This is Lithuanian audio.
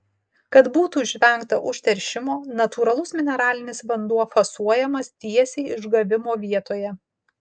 kad būtų išvengta užteršimo natūralus mineralinis vanduo fasuojamas tiesiai išgavimo vietoje